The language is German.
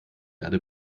erde